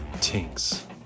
Tinks